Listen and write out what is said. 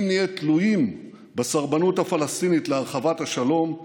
אם נהיה תלויים בסרבנות הפלסטינית להרחבת השלום,